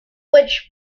which